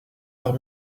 leur